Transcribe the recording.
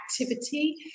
activity